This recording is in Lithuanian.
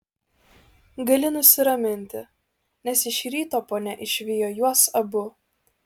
gali nusiraminti nes iš ryto ponia išvijo juos abu